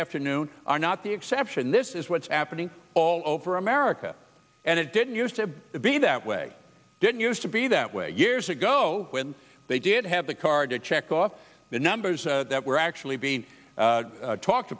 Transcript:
afternoon are not the exception this is what's happening all over america and it didn't used to be that way didn't used to be that way years ago when they did have the card to check off the numbers that were actually being talked